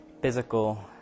physical